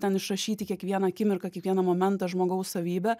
ten išrašyti kiekvieną akimirką kiekvieną momentą žmogaus savybę